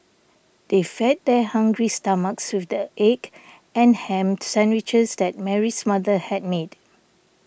they fed their hungry stomachs with the egg and ham sandwiches that Mary's mother had made